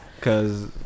Cause